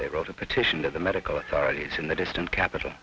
they wrote a petition to the medical authorities in the distant capital